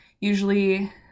usually